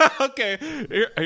Okay